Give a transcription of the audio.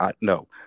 No